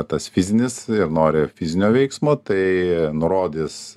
tas fizinis ir nori fizinio veiksmo taai nurodys